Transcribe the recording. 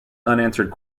unanswered